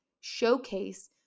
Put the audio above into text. showcase